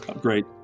Great